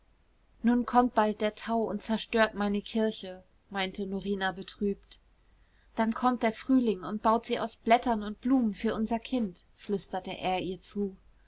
nun kommt bald der tau und zerstört meine kirche meinte norina betrübt und dann kommt der frühling und baut sie aus blättern und blumen für unser kind flüsterte er ihr zu